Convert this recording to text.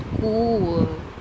cool